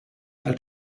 how